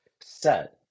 set